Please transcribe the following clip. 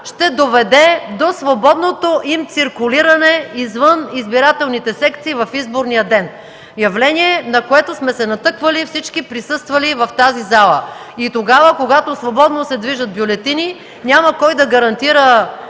ще доведе до свободното им циркулиране извън избирателните секции в изборния ден – явление, на което сме се натъквали всички присъстващи в тази зала. И тогава, когато свободно се движат бюлетини, няма кой да гарантира